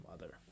mother